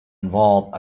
involve